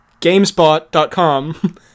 GameSpot.com